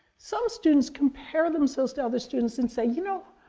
some students compare themselves to other students and say, you know,